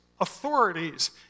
authorities